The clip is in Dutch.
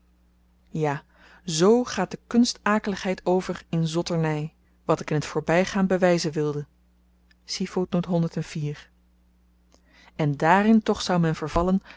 ja z gaat de kunst akeligheid over in zotterny wat ik in t voorbygaan bewyzen wilde en dààrin toch zou men vervallen